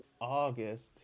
august